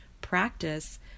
practice